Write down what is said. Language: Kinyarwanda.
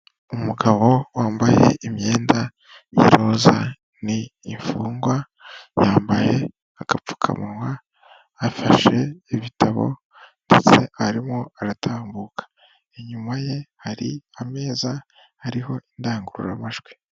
Umugabo wambaye imyenda y'iroza ni imfungwa. Yambaye agapfukamunwa, afashe ibitabo ndetse arimo aratambuka. Inyuma ye hari ameza ariho indangururamajwi.